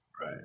right